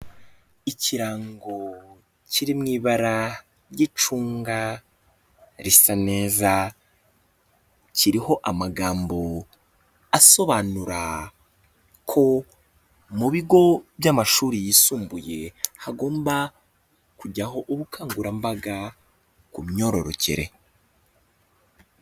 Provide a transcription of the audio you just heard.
Ikirango kiri mu ibara ry'icunga, risa neza, kiriho amagambo asobanura ko mu bigo by'amashuri yisumbuye, hagomba kujyaho ubukangurambaga ku myororokere.